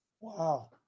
Wow